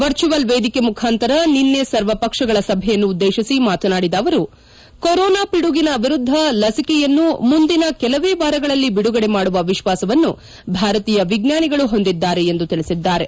virtual ವೇದಿಕೆ ಮುಖಾಂತರ ನಿನ್ನೆ ಸರ್ವಪಕ್ಷಗಳ ಸಭೆಯನ್ನುದ್ದೇಶಿ ಮಾತನಾಡಿದ ಅವರು ಕೊರೊನಾ ಪಿಡುಗಿನ ವಿರುದ್ಧ ಲಸಿಕೆಯನ್ನು ಮುಂದಿನ ಕೆಲವೇ ವಾರಗಳಲ್ಲಿ ಬಿಡುಗಡೆ ಮಾಡುವ ವಿಶ್ವಾಸವನ್ನು ಭಾರತೀಯ ವಿಜ್ಞಾನಿಗಳು ಹೊಂದಿದ್ದಾರೆ ಎಂದು ತಿಳಿಸಿದ್ದಾರೆ